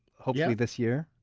hopefully this year,